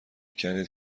کردید